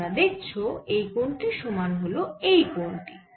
তোমরা দেখছ এই কোণ টির সমান হল এই কোণ টি